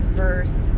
verse